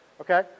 Okay